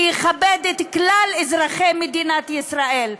שיכבד את כלל אזרחי מדינת ישראל,